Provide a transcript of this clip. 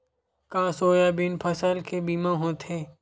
का सोयाबीन फसल के बीमा होथे?